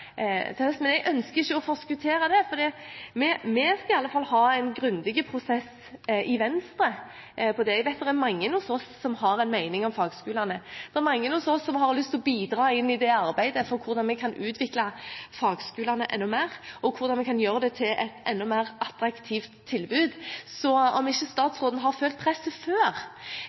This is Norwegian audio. hos oss som har en mening om fagskolene. Det er mange hos oss som har lyst å bidra i det arbeidet med hvordan vi kan utvikle fagskolene enda mer, og hvordan vi kan gjøre dem til et enda mer attraktivt tilbud. Så om ikke statsråden har følt presset før,